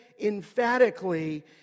emphatically